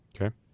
Okay